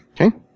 Okay